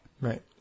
Right